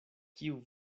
kiu